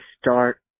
start